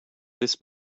this